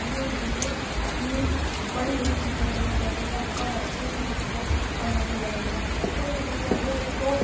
دھیرے دھیرے اپنی بڑی بڑی چیزیں بنانے لگے گا بہت اچھے سے اس کو بنانے لگے گا تو سب سے پہلے اس کو